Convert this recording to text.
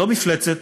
לא "מפלצת".